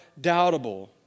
doubtable